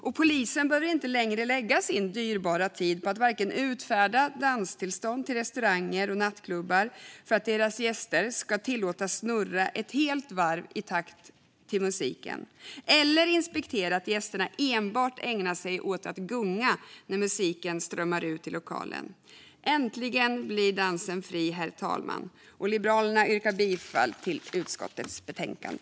Och polisen behöver inte längre lägga sin dyrbara tid på att utfärda danstillstånd till restauranger och nattklubbar för att deras gäster ska tillåtas snurra ett helt varv i takt till musik eller inspektera att gästerna enbart ägnar sig åt att gunga när musiken strömmar ut i lokalen. Äntligen blir dansen fri, herr talman! Jag yrkar bifall till utskottets förslag.